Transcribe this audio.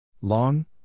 Long